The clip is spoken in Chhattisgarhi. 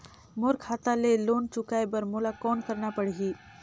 मोर खाता ले लोन चुकाय बर मोला कौन करना पड़ही?